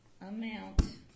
amount